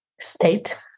state